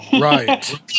right